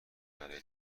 برای